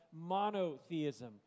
monotheism